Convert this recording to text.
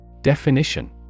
Definition